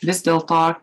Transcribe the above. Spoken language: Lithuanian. vis dėlto